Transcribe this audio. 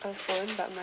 a foreign but my